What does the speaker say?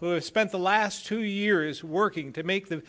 who spent the last two years working to make the